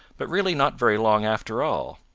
but really not very long after all,